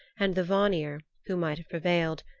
and the vanir, who might have prevailed,